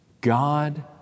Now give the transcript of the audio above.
God